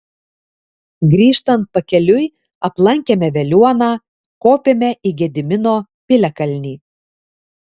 grįžtant pakeliui aplankėme veliuoną kopėme į gedimino piliakalnį